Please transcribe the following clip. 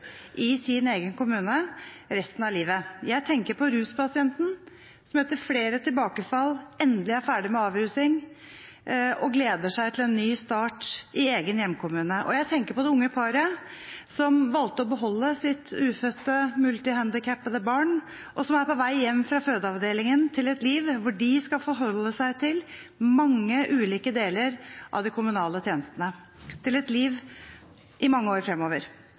i sin egen kommune resten av livet. Jeg tenker på ruspasienten, som etter flere tilbakefall endelig er ferdig med avrusing og gleder seg til en ny start i egen hjemkommune. Jeg tenker på det unge paret som valgte å beholde sitt ufødte, multihandikappede barn, og som er på vei hjem fra fødeavdelingen til et liv hvor de skal forholde seg til mange ulike deler av de kommunale tjenestene i mange år fremover.